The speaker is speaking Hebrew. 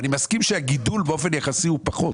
אני מסכים שהגידול באופן יחסי הוא פחות.